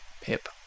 Pip